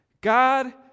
God